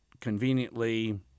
conveniently